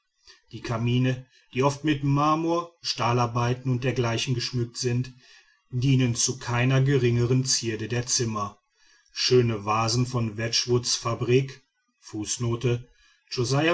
die kamine die oft mit marmor stahlarbeiten und dergleichen geschmückt sind dienen zu keiner geringen zierde der zimmer schöne vasen von